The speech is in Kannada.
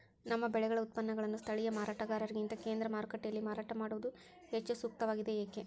ನಮ್ಮ ಬೆಳೆಗಳ ಉತ್ಪನ್ನಗಳನ್ನು ಸ್ಥಳೇಯ ಮಾರಾಟಗಾರರಿಗಿಂತ ಕೇಂದ್ರ ಮಾರುಕಟ್ಟೆಯಲ್ಲಿ ಮಾರಾಟ ಮಾಡುವುದು ಹೆಚ್ಚು ಸೂಕ್ತವಾಗಿದೆ, ಏಕೆ?